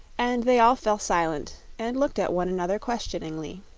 and they all fell silent and looked at one another questioningly.